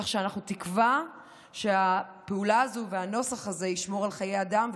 כך שאנחנו מקווים שהפעולה הזו והנוסח הזה ישמרו על חיי אדם,